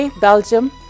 Belgium